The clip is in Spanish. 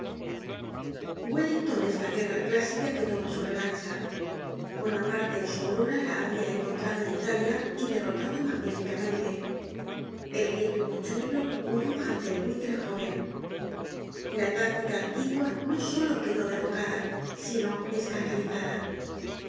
wellington es la guerra clásica que toma su revancha bonaparte en su aurora la habia encontrado en italia y derrotado magníficamente el viejo mochuelo huyó ante el buitre jóven la táctica antigua no solo quedó derrocada sino escandalizada